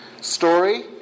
story